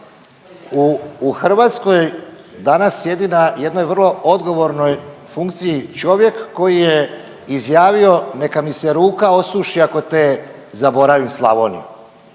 U Hrvatskoj danas sjedi na jednoj vrlo odgovornoj funkciji čovjek koji je izjavio neka mi se ruka osuši ako te zaboravim Slavonijo.